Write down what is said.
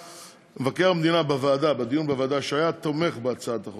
מבקר המדינה אמר בדיון בוועדה שהיה תומך בהצעת החוק